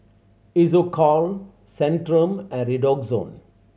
Isocal Centrum and Redoxon